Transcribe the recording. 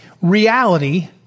reality